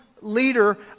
leader